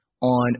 on